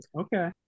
Okay